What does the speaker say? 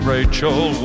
Rachel